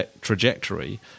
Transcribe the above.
trajectory